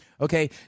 Okay